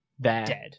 dead